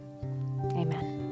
amen